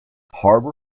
harbor